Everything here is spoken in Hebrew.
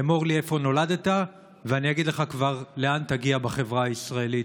אמור לי איפה נולדת ואני אגיד לך כבר לאן תגיע בחברה הישראלית.